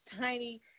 tiny